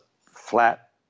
flat